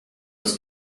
was